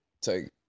take